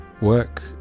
work